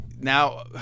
now